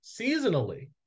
seasonally